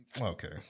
Okay